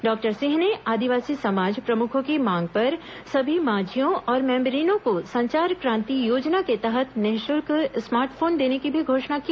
doctor Singh ने आदिवासी समाज प्रमुखों की मांग पर सभी मांझियों और मेम्बरिनों को संचार क्रांति योजना के तहत निःशुल्क स्मार्ट फोन देने की भी घोषणा की